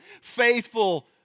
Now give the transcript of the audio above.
faithful